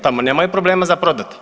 Tamo nemaju problema za prodati.